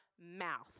mouth